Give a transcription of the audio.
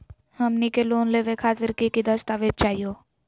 हमनी के लोन लेवे खातीर की की दस्तावेज चाहीयो?